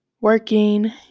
working